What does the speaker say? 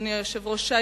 אדוני היושב-ראש,